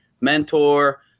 mentor